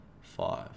five